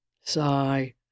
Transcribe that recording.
Sigh